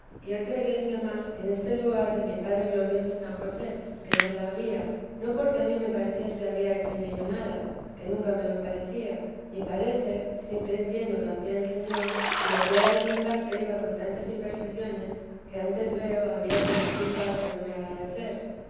y otra iglesia más en este lugar de mi padre glorioso san josé que no la había no porque a mí me pareciese había hecho en ello nada que nunca me lo parecía ni parece siempre entiendo lo hacía el señor y lo que era de mi parte iba con tantas imperfeciones que antes veo había que me culpar que no que me agradecer